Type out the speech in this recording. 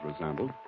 resembled